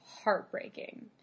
heartbreaking